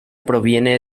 proviene